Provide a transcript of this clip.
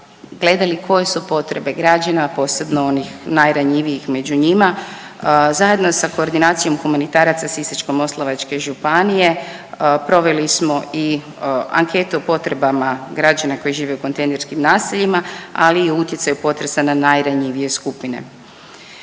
gledali koje su potrebe građana, posebno onih najranjivijih među njima, zajedno sa Koordinacijom humanitaraca Sisačko-moslavačke županije proveli smo i ankete o potrebama građana koji žive u kontejnerskim naseljima, ali i o utjecaju potresa na najranjivije skupine.